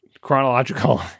chronological